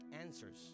answers